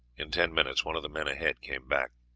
in ten minutes one of the men ahead came back.